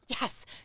Yes